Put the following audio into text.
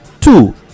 two